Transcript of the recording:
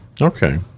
okay